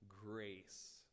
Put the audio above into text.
grace